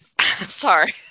Sorry